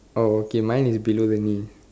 oh okay my is below the knee